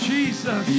Jesus